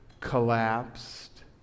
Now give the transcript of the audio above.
collapsed